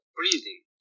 breathing